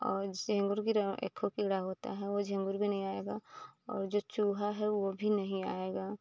और झींगुर की रह एख और कीड़ा होता है वह झींगुर भी नहीं आएगा और जो चूहा है वो भी नहीं आएगा